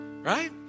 right